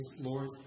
Lord